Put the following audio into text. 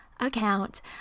account